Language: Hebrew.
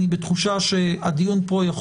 אני בתחושה שהדיון כאן עם הממשלה היה יכול